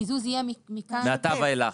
מעתה ואילך.